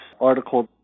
article